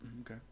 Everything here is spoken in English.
Okay